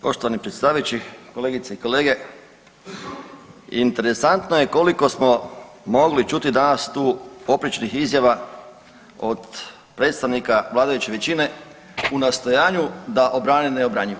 Poštovani predsjedavajući, kolegice i kolege interesantno je koliko smo mogli čuti danas tu poprečnih izjava od predstavnika vladajuće većine u nastojanju da obrane neobranjivo.